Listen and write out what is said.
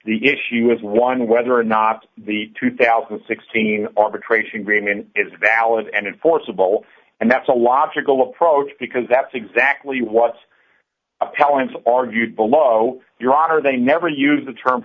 the issue as one of whether or not the two thousand and sixteen arbitration agreement is valid and enforceable and that's a logical approach because that's exactly what appellants argued below your honor they never use the term